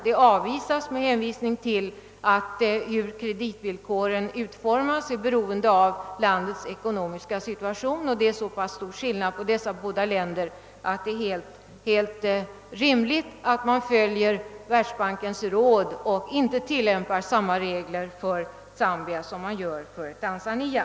Detta förslag avvisas med hänvisning till att kreditvillkorens utformning är beroende av landets ekonomiska situation och att det är så pass stor skillnad på dessa båda länder att det är helt rimligt att följa världsbankens råd att inte tillämpa samma regler för Zambia som för Tanzania.